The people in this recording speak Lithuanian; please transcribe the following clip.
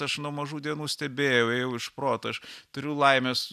aš nuo mažų dienų stebėjau ėjau iš proto aš turiu laimės